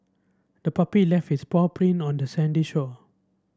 the puppy left its paw print on the sandy shore